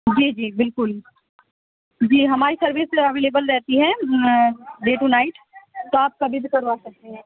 جی جی بالکل جی ہماری سروس اویلیبل رہتی ہے ڈے ٹو نائٹ تو آپ کبھی بھی کروا سکتے ہیں